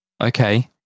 Okay